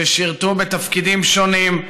ששירתו בתפקידים שונים,